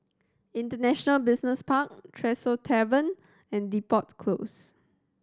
International Business Park Tresor Tavern and Depot Close